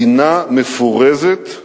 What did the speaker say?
מדינה מפורזת,